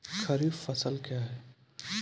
खरीफ फसल क्या हैं?